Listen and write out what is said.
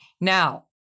now